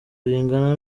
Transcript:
bingana